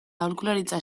aholkularitza